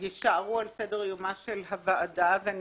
יישארו על סדר-יומה של הוועדה ואני